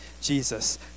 Jesus